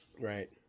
Right